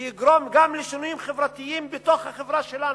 שיגרום גם לשינויים חברתיים בתוך החברה שלנו,